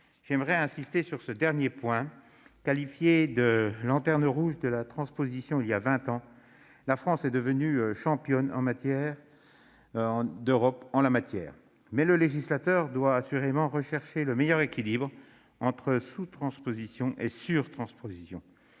J'aimerais insister sur ce dernier point : qualifiée de « lanterne rouge » en matière de transposition il y a vingt ans, la France est devenue championne d'Europe dans ce domaine. Pour autant, le législateur doit assurément viser le meilleur équilibre entre sous-transposition et surtransposition,